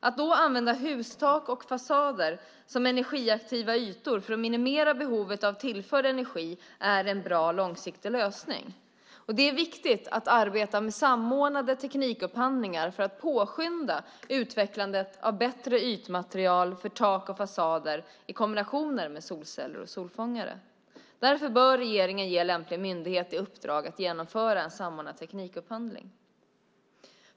Att då använda hustak och fasader som energiaktiva ytor för att minimera behovet av tillförd energi är en bra långsiktig lösning. Det är viktigt att arbeta med samordnade teknikupphandlingar för att påskynda utvecklandet av bättre ytmaterial för tak och fasader i kombination med solceller och solfångare. Därför bör regeringen ge lämplig myndighet i uppdrag att genomföra en samordnad teknikupphandling.